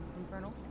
infernal